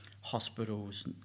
hospitals